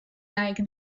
like